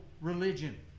religion